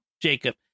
Jacob